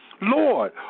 Lord